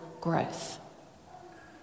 growth